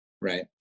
Right